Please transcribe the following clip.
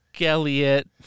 Elliott